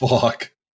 Fuck